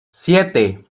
siete